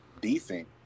decent